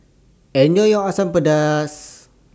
Enjoy your Asam Pedas